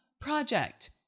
project